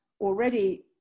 already